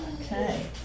Okay